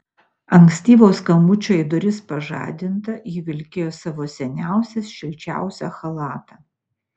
ankstyvo skambučio į duris pažadinta ji vilkėjo savo seniausią šilčiausią chalatą